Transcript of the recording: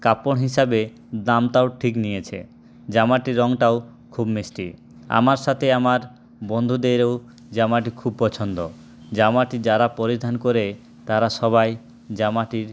কাপড় হিসাবে দামটাও ঠিক নিয়েছে জামাটির রংটাও খুব মিষ্টি আমার সাথে আমার বন্ধুদেরও জামাটি খুব পছন্দ জামাটি যারা পরিধান করে তারা সবাই জামাটির